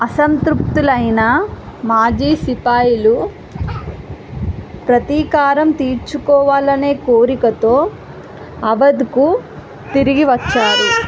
అసంతృప్తులైన మాజీ సిపాయిలు ప్రతీకారం తీర్చుకోవాలనే కోరికతో అవధ్కు తిరిగి వచ్చారు